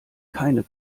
keine